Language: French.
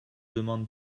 demande